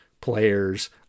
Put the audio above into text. players